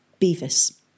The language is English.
Beavis